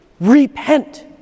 Repent